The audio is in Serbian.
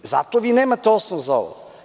Zato vi nemate osnov za ovo.